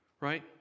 Right